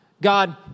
God